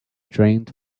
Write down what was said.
drained